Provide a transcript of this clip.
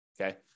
Okay